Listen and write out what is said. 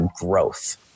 growth